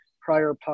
prior